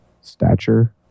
stature